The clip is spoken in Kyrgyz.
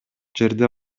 жерде